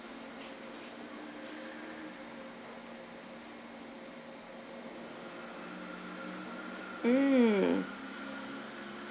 mm